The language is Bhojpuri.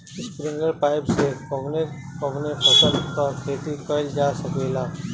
स्प्रिंगलर पाइप से कवने कवने फसल क खेती कइल जा सकेला?